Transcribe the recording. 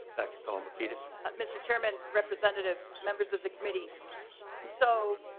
that competed mister chairman representative members of the committee so.